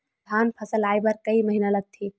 धान फसल आय बर कय महिना लगथे?